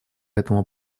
этому